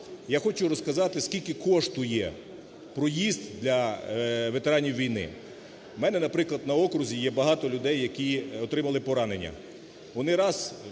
Я хочу розказати, скільки коштує проїзд для ветеранів війни. В мене, наприклад, на окрузі є багато людей, які отримали поранення.